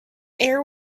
air